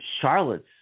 Charlotte's